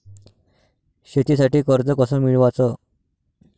शेतीसाठी कर्ज कस मिळवाच?